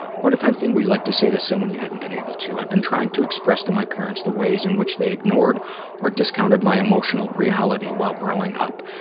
what, if anything, would you like to say to someone you haven't been able to? i've been trying to express to my parents the ways in which they ignored or discounted my emotional reality while growing up.